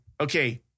okay